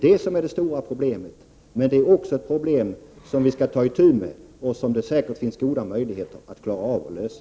Det är det stora problemet, men det är också ett problem som vi skall ta itu med och som det säkert finns goda möjligheter att lösa.